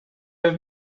have